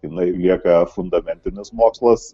jinai lieka fundamentinis mokslas